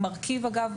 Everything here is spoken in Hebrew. אגב,